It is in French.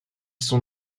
son